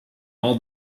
all